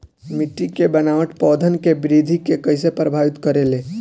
मिट्टी के बनावट पौधन के वृद्धि के कइसे प्रभावित करे ले?